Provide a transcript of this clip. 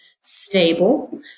stable